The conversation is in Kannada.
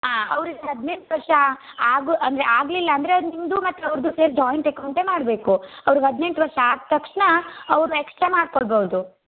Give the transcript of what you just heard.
ಆಂ ಅವ್ರಿಗೆ ಹದಿನೆಂಟು ವರ್ಷ ಆಗೋ ಅಂದರೆ ಆಗಲಿಲ್ಲ ಅಂದರೆ ನಿಮ್ಮದು ಮತ್ತೆ ಅವರದು ಸೇರಿ ಜಾಯಿಂಟ್ ಅಕೌಂಟೇ ಮಾಡಬೇಕು ಅವರಿಗೆ ಹದಿನೆಂಟು ವರ್ಷ ಆದ ತಕ್ಷಣ ಅವರು ಎಕ್ಸ್ಟ್ರಾ ಮಾಡ್ಕೋಬೌದು